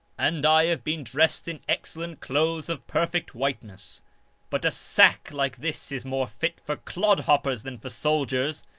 and i have been dressed in excellent clothes of perfect white ness but a sack like this is more fit for clodhoppers than for soldiers.